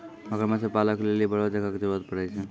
मगरमच्छ पालै के लेली बड़ो जगह के जरुरत पड़ै छै